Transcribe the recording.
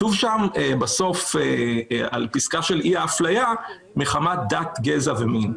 כתוב בסוף על פסקה של אי-אפליה מחמת דת, גזע ומין.